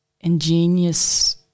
ingenious –